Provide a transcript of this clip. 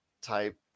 type